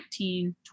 19